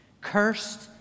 cursed